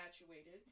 infatuated